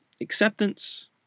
acceptance